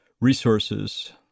resources